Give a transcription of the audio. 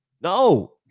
no